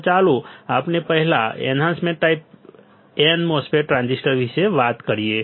તો ચાલો આપણે પહેલા enhancement type n MOS transistor વિશે વાત કરીએ